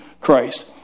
Christ